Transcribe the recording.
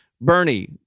Bernie